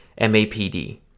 MAPD